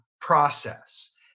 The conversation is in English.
process